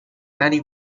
many